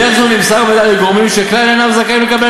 בדרך זו נמסר המידע לגורמים שכלל אינם זכאים לקבל